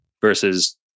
versus